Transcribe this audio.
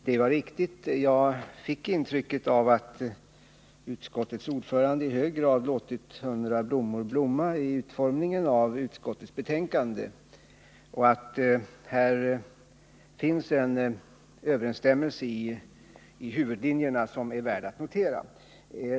Det är riktigt — jag fick intrycket att utskottets ordförande i hög grad låtit hundra blommor blomma vid utformningen av utskottets betänkanden och att det här finns en överensstämmelse när det gäller huvudlinjerna som är värd att notera.